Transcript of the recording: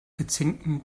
gezinkten